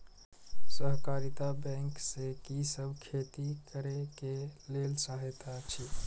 सहकारिता बैंक से कि सब खेती करे के लेल सहायता अछि?